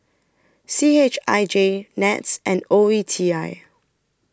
C H I J Nets and O E T I